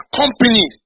company